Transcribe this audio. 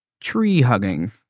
tree-hugging